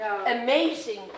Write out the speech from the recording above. amazing